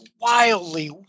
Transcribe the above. wildly